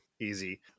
easy